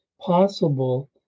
possible